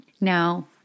Now